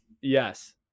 Yes